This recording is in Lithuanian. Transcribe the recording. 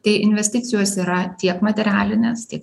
tai investicijos yra tiek materialinės tiek